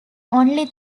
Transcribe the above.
only